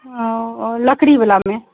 ओ लकड़ीवलामे